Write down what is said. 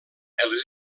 els